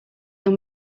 your